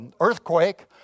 earthquake